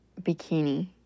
Bikini